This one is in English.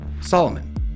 Solomon